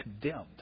condemned